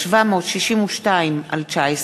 פ/1762/19